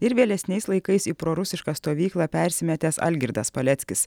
ir vėlesniais laikais į prorusišką stovyklą persimetęs algirdas paleckis